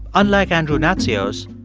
unlike andrew natsios,